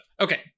okay